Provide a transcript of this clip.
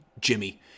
Jimmy